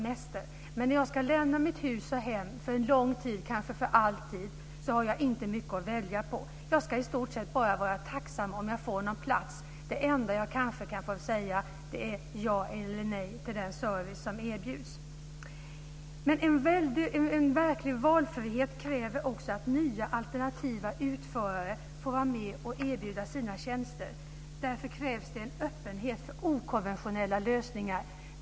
Jag har inte mycket att välja på. Det enda jag får säga är kanske ja eller nej till den service som erbjuds. En verklig valfrihet kräver också att nya, alternativa utförare får vara med och erbjuda sina tjänster. Därför krävs det en öppenhet för okonventionella lösningar.